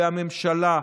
והממשלה,